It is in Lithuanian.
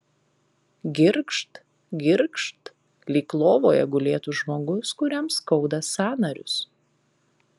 girgžt girgžt lyg lovoje gulėtų žmogus kuriam skauda sąnarius